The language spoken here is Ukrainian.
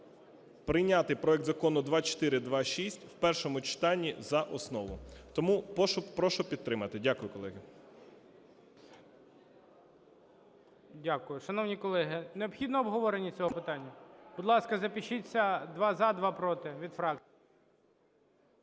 прийняти проект Закону 2426 в першому читанні за основу. Тому прошу підтримати. Дякую, колеги. ГОЛОВУЮЧИЙ. Дякую. Шановні колеги, необхідно обговорення цього питання? Будь ласка, запишіться: два – за, два – проти, від фракцій.